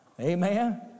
Amen